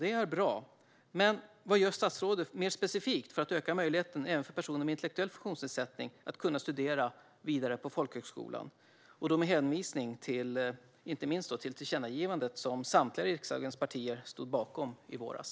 Det är bra, men vad gör statsrådet mer specifikt för att öka möjligheterna även för personer med intellektuell funktionsnedsättning att kunna studera vidare på folkhögskola? Jag ställer frågan med hänvisning inte minst till tillkännagivandet som samtliga riksdagens partier stod bakom i våras.